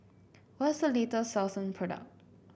what is the latest Selsun product